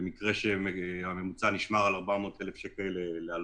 במקרה שהממוצע נשמר על 400,000 שקל להלוואה.